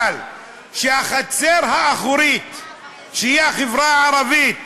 אבל כשהחצר האחורית שהיא החברה הערבית,